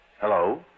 Hello